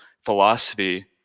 philosophy